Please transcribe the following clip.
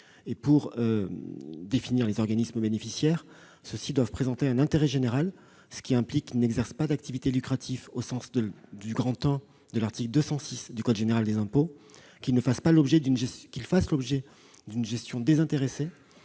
des impôts. Les organismes bénéficiaires doivent présenter un intérêt général, ce qui implique qu'ils n'exercent pas d'activité lucrative au sens du I de l'article 206 du code précité, qu'ils fassent l'objet d'une gestion désintéressée